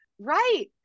Right